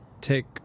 take